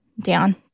down